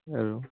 আৰু